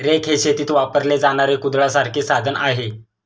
rake हे शेतीत वापरले जाणारे कुदळासारखे साधन आहे